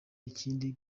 ikindi